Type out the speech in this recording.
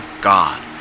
God